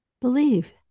Believe